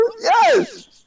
yes